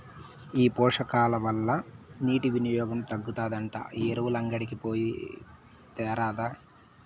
ఈ పోషకాల వల్ల నీటి వినియోగం తగ్గుతాదంట ఎరువులంగడికి పోయి తేరాదా